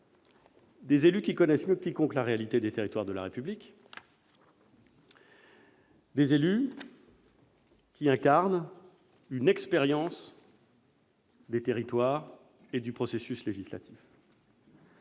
des élus qui connaissent mieux que personne la réalité des territoires de la République et qui incarnent une expérience des territoires et du processus législatif.